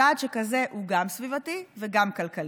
צעד שכזה הוא גם סביבתי וגם כלכלי,